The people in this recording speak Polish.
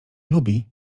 lubi